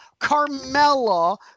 Carmella